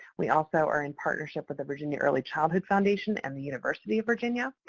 we also are in partnership with the virginia early childhood foundation and the university of virginia.